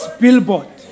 billboard